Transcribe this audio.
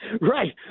right